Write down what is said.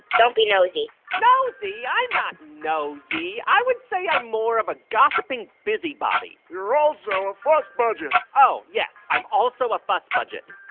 don't be nosy nosy? i'm not nosy. i would say i'm more of a gossiping busybody you're also um a fussbudget oh, yes. i'm also a fussbudget